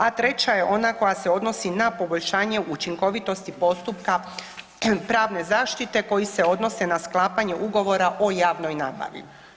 A treća je ona koja se odnosi na poboljšanje učinkovitosti postupka pravne zaštite koji se odnose na sklapanje ugovora o javnoj nabavi.